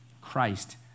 Christ